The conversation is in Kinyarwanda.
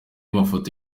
mafoto